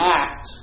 act